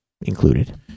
included